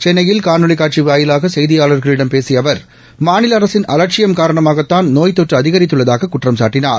சென்னையில் காணொலி காட்சி வாயிலாக செய்தியாளர்களிடம் பேசிய அவர் மாநில அரசின் அவட்சியம் காரணமாகத்தான் நோய் தொற்று அதிகரித்துள்ளதாக குற்றம்சாட்டினார்